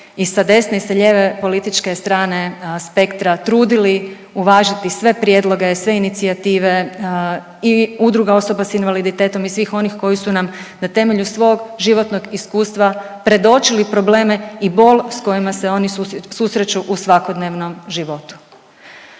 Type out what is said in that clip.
i sa desne i sa lijeve političke strane spektra trudili uvažiti sve prijedloge, sve inicijative i Udruga osoba s invaliditetom i svih oni koji su nam na temelju svog životnog iskustva predočili probleme i bol s kojima se oni susreću u svakodnevnom životu.